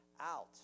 out